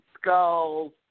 skulls